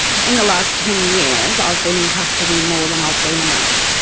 in the last ten years, i've been in custody more than i've been out.